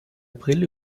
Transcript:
april